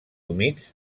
humits